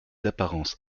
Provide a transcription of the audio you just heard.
d’apparence